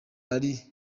ari